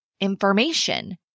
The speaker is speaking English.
information